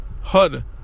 HUD